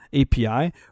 API